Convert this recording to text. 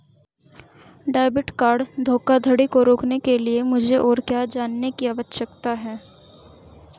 Debit card धोखाधड़ी को रोकने के लिए मुझे और क्या जानने की आवश्यकता है?